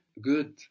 Good